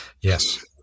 Yes